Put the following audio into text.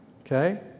Okay